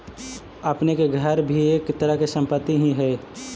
आपने के घर भी एक तरह के संपत्ति ही हेअ